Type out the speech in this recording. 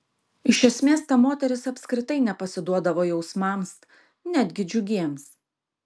iš esmės ta moteris apskritai nepasiduodavo jausmams netgi džiugiems